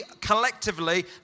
collectively